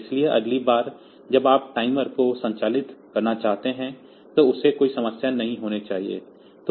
इसलिए अगली बार जब आप टाइमर को संचालित करना चाहते हैं तो उसे कोई समस्या नहीं होनी चाहिए